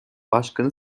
başkanı